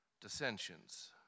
dissensions